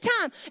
time